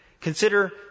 consider